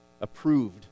approved